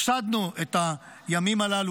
הפסדנו את הימים הללו.